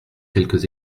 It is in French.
quelques